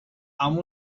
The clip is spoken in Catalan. amb